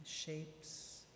shapes